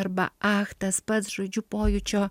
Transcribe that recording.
arba ach tas pats žodžiu pojūčio